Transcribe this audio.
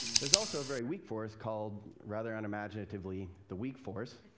there is also a very weak force called, rather unimaginatively, the weak force.